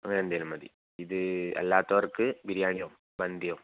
അങ്ങനെയെന്തേലും മതി ഇത് അല്ലാത്തവർക്ക് ബിരിയാണിയോ മന്തിയോ